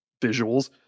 visuals